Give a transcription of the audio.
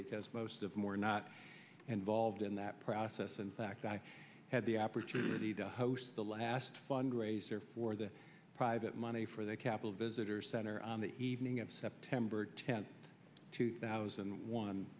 because most of more not involved in that process in fact i had the opportunity to host the last fundraiser for the private money for the capitol visitor center on the evening of september tenth two thousand